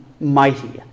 mighty